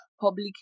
public